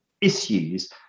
issues